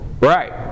Right